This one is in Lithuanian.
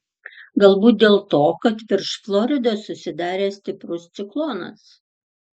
galbūt dėl to kad virš floridos susidaręs stiprus ciklonas